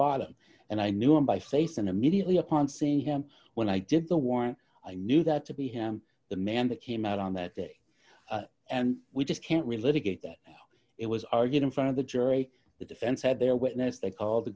bottom and i knew him by face and immediately upon seeing him when i did the warrant i knew that to be him the man that came out on that day and we just can't relive it get it it was argued in front of the jury the defense had their witness they call the